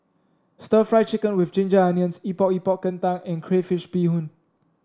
stir Fry Chicken with Ginger Onions Epok Epok Kentang and Crayfish Beehoon